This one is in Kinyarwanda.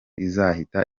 izahita